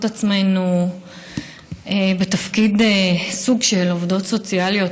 את עצמנו בתפקיד של סוג של עובדות סוציאליות,